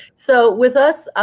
so with us,